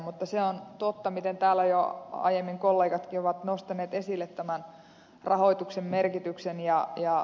mutta se on totta mitä täällä jo aiemmin kollegatkin ovat nostaneet esille tämän rahoituksen merkityksestä